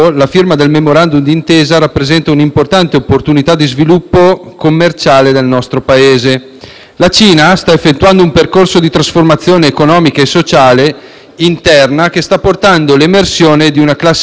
La Cina sta effettuando un percorso di trasformazione economica e sociale interna, che sta portando l'emersione di una classe media corposa e un aumento della domanda dei prodotti europei. È nostro dovere, Presidente,